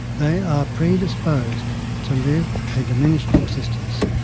they are predisposed to live a diminished existence,